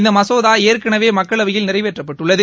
இந்த மசோதா ஏற்கனவே மக்களவையில் நிறைவேற்றப்பட்டுள்ளது